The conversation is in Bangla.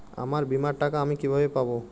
আমার বীমার টাকা আমি কিভাবে পাবো?